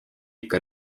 ikka